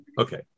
Okay